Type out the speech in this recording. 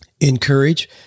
encourage